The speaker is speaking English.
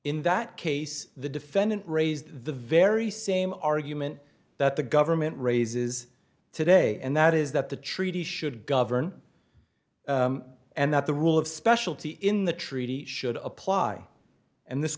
in that case the defendant raised the very same argument that the government raises today and that is that the treaty should govern and that the rule of specialty in the treaty should apply and this